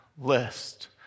list